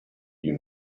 you